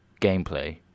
gameplay